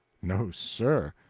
no, sir!